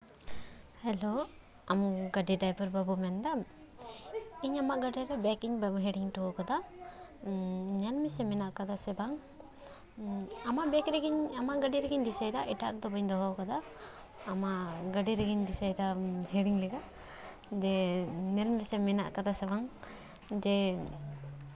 hello ᱟᱢ ᱜᱟᱹᱰᱤ driver ᱵᱟᱹᱵᱩ ᱢᱮᱱᱫᱟᱢ ᱤᱧ ᱟᱢᱟᱜ ᱜᱟᱹᱰᱤᱨᱮ ᱵᱮᱜᱽ ᱤᱧ ᱦᱤᱲᱤᱧ ᱦᱚᱴᱚ ᱠᱟᱫᱟ ᱧᱮᱞ ᱢᱮᱥᱮ ᱢᱮᱱᱟᱜ ᱠᱟᱫᱟ ᱥᱮ ᱵᱟᱝ ᱟᱢᱟᱜ ᱵᱮᱜᱽ ᱨᱮᱜᱮᱧ ᱟᱢᱟᱜ ᱜᱟᱹᱰᱤ ᱨᱮᱜᱮᱧ ᱫᱤᱥᱟᱹᱭᱫᱟ ᱮᱴᱟᱜ ᱨᱮᱫᱚ ᱵᱟᱹᱧ ᱫᱚᱦᱚ ᱠᱟᱫᱟ ᱟᱢᱟᱜ ᱜᱟᱹᱰᱤ ᱨᱮᱜᱤᱧ ᱫᱤᱥᱟᱹᱭᱫᱟ ᱦᱤᱲᱤᱧ ᱞᱮᱠᱟ ᱜᱮ ᱧᱮᱞ ᱢᱮᱥᱮ ᱢᱮᱱᱟᱜ ᱠᱟᱫᱟ ᱥᱮ ᱵᱟᱝ ᱡᱮ